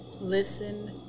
listen